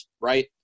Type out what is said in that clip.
right